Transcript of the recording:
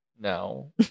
No